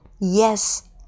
Yes